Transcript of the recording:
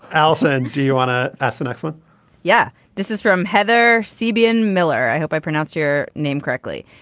alison do you want to. that's an excellent yeah this is from heather cbn miller. i hope i pronounce your name correctly.